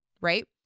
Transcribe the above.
Right